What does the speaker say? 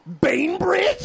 Bainbridge